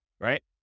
right